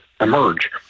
emerge